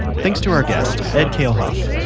thanks to our guest, edd kalehoff.